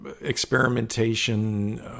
experimentation